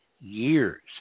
years